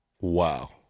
Wow